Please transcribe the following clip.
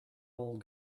old